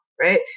right